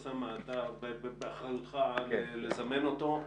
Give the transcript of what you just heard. אוסאמה, אתה באחריותך לזמן אותו.